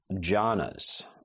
jhanas